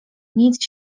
nic